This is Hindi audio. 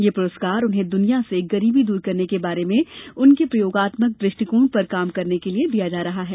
यह पुरस्कार उन्हें दुनिया से गरीबी दूर करने के बारे में उनके प्रयोगात्मक दृष्टिकोण पर काम के लिए दिया जा रहा है